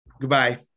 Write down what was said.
Goodbye